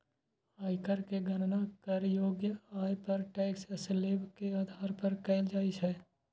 आयकर के गणना करयोग्य आय पर टैक्स स्लेब के आधार पर कैल जाइ छै